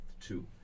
two